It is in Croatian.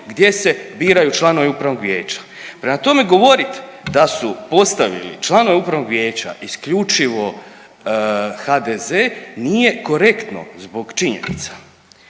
gdje se biraju članovi Upravnog vijeća. Prema tome, govoriti da su postavili članove Upravnog vijeća isključivo HDZ nije korektno zbog činjenica.